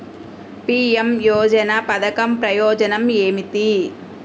PM యోజన పధకం ప్రయోజనం ఏమితి?